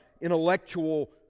intellectual